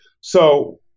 So-